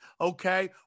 Okay